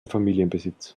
familienbesitz